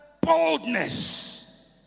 boldness